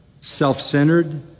self-centered